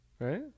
Right